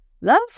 love